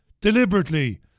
Deliberately